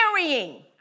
carrying